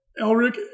Elric